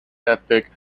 epic